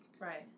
Right